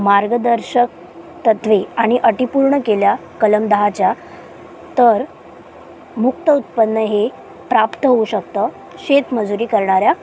मार्गदर्शक तत्वे आणि अटी पूर्ण केल्या कलम दहाच्या तर मुक्त उत्पन्न हे प्राप्त होऊ शकतं शेतमजुरी करणाऱ्या